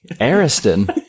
Ariston